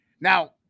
Now